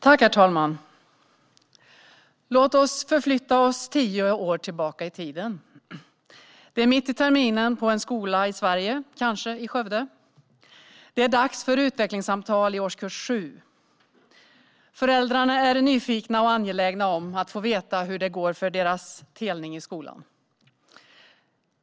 Herr talman! Låt oss förflytta oss tio år tillbaka i tiden. Det är mitt i terminen på en skola i Sverige, kanske i Skövde. Det är dags för utvecklingssamtal i årskurs 7. Föräldrarna är nyfikna och angelägna om att få veta hur det går för deras telning i skolan.